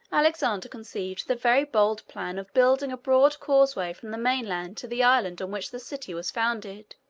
alexander conceived the very bold plan of building a broad causeway from the main-land to the island on which the city was founded,